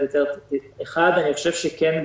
אני חושב שכן,